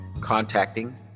contacting